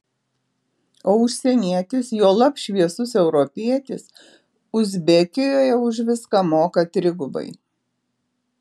o užsienietis juolab šviesus europietis uzbekijoje už viską moka trigubai